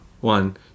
One